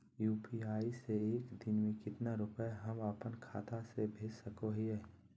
UPI से एक दिन में कितना रुपैया हम अपन खाता से भेज सको हियय?